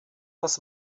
das